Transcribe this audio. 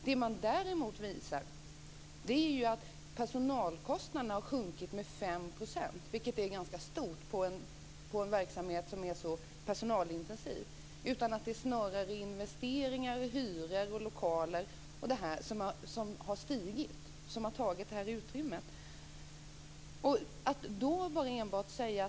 Det man däremot visar är att personalkostnaderna har sjunkit med 5 %, vilket är ganska mycket inom en verksamhet som är så personalintensiv. Det är snarare investeringar, hyror och lokaler som har stigit i kostnad och tagit detta utrymme.